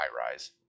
high-rise